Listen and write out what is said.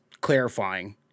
clarifying